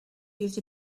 used